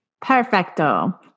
Perfecto